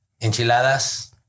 Enchiladas